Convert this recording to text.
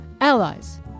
allies